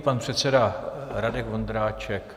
Pan předseda Radek Vondráček.